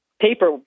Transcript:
paper